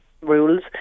rules